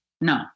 No